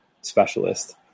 specialist